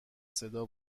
صدا